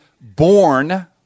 born